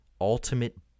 Ultimate